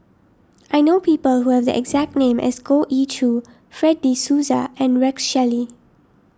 I know people who have the exact name as Goh Ee Choo Fred De Souza and Rex Shelley